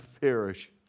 perish